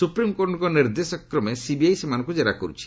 ସୁପ୍ରିମ୍କୋର୍ଟଙ୍କ ନିର୍ଦ୍ଦେଶକ୍ରମେ ସିବିଆଇ ସେମାନଙ୍କୁ ଜେରା କରୁଛି